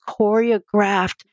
choreographed